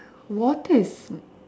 water is